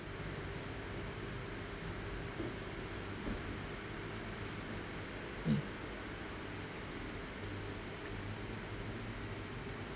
mm